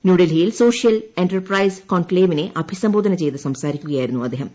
ന്യൂഡെൽഹിയിൽ social enterprise കോൺക്ലേവിനെ അഭിസംബോധന ചെയ്തു സംസാരിക്കുകയായിരുന്നു അദ്ദേഹം